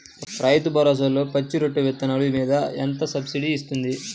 రైతు భరోసాలో పచ్చి రొట్టె విత్తనాలు మీద ఎంత సబ్సిడీ ఇస్తుంది?